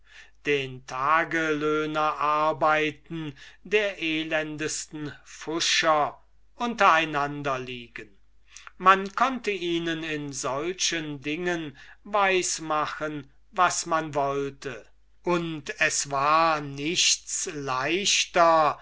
den taglöhnerarbeiten der elendesten pfuscher unter einander liegen man konnte ihnen in solchen dingen weis machen was man wollte und es war nichts leichter